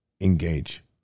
engage